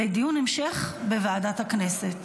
לדיון המשך בוועדת הכנסת.